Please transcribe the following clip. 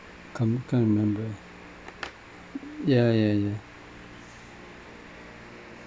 can't can't remember ya ya ya